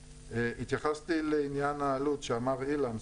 התייחסתי לעניין העלות שאמר אילן,